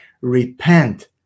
Repent